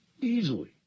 Easily